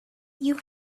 you